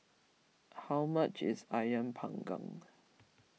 how much is Ayam Panggang